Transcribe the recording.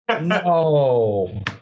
No